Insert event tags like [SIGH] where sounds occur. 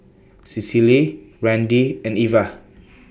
Cecily Randi and Ivah [NOISE]